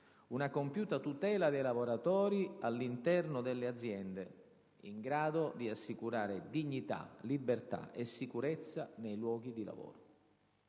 una compiuta tutela dei lavoratori all'interno delle aziende, in grado di assicurare «dignità, libertà e sicurezza nei luoghi di lavoro».